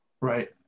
Right